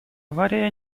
авария